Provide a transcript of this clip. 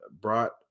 brought